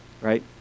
right